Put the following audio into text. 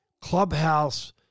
clubhouse